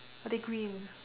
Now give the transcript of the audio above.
are they green